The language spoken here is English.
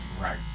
right